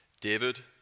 David